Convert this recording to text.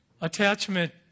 attachment